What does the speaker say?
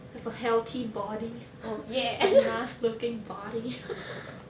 have a healthy body a nice looking body